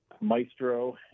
maestro